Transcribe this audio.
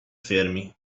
fermi